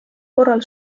korral